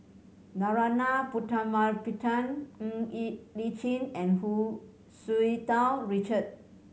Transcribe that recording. Narana Putumaippittan Ng Li Chin and Hu Tsu Tau Richard